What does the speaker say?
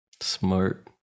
smart